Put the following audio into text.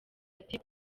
ati